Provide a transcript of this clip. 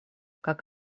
как